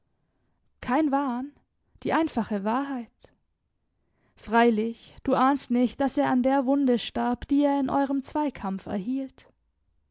kein wahn die einfache wahrheit freilich du ahnst nicht daß er an der wunde starb die er in eurem zweikampf erhielt